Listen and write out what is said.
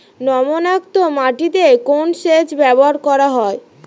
লবণাক্ত মাটিতে কোন সেচ ব্যবহার করা হয়?